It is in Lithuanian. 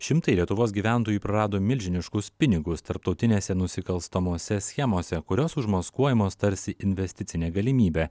šimtai lietuvos gyventojų prarado milžiniškus pinigus tarptautinėse nusikalstamose schemose kurios užmaskuojamos tarsi investicinė galimybė